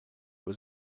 was